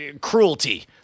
cruelty